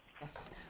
Yes